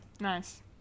nice